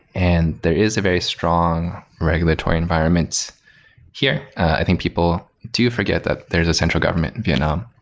and there is a very strong regulatory environments here. i think people do forget that there's a central government in vietnam,